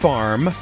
Farm